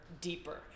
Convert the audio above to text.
deeper